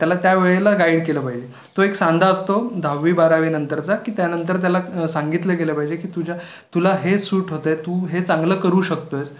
त्याला त्या वेळेला गाईड केलं पाहिजे तो एक सांधा असतो दहावी बारावी नंतरचा की त्यानंतर त्याला सांगितलं गेलं पाहिजे की तुझ्या तुला हे सूट होतं आहे तू हे चांगलं करू शकतो आहेस